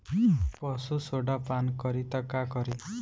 पशु सोडा पान करी त का करी?